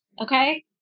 okay